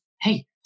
hey